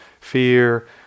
fear